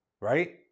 right